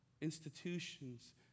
institutions